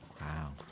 Wow